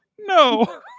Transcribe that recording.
no